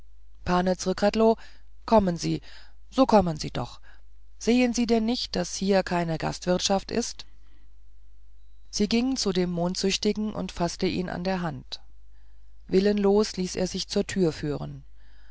pane zrcadlo kommen sie so kommen sie doch sehen sie denn nicht daß hier keine gastwirtschaft ist sie ging zu dem mondsüchtigen und faßte ihn an der hand willenlos ließ er sich zur tür führen